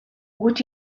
would